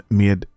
med